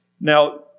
Now